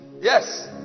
Yes